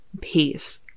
peace